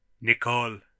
Nicole